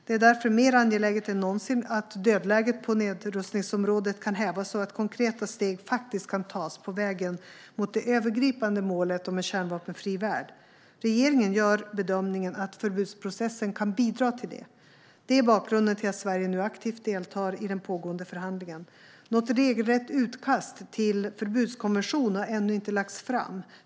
Det är därför mer angeläget än någonsin att dödläget på nedrustningsområdet kan hävas och att konkreta steg faktiskt kan tas på vägen mot det övergripande målet om en kärnvapenfri värld. Regeringen gör bedömningen att förbudsprocessen kan bidra till det. Detta är bakgrunden till att Sverige nu aktivt deltar i den pågående förhandlingen. Något regelrätt utkast till förbudskonvention har ännu inte lagts fram.